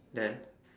then